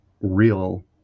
real